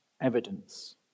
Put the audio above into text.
evidence